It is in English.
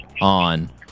on